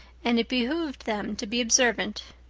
and it behooved them to be observant.